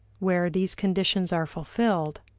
where these conditions are fulfilled,